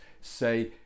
say